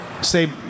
say